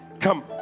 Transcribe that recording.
come